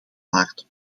waarden